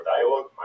dialogue